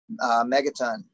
Megaton